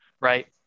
right